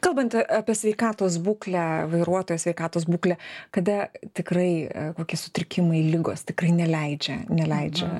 kalbant apie sveikatos būklę vairuotojo sveikatos būklę kada tikrai kokie sutrikimai ligos tikrai neleidžia neleidžia